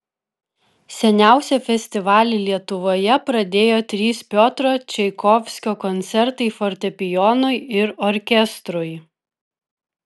seniausią festivalį lietuvoje pradėjo trys piotro čaikovskio koncertai fortepijonui ir orkestrui